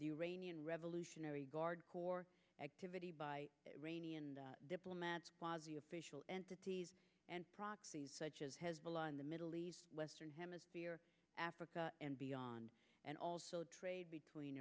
the rainy and revolutionary guard corps activity by raney and diplomats fozzy official entities and proxies such as hezbollah in the middle east western hemisphere africa and beyond and also trade between